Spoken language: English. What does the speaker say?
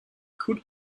could